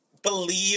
Believe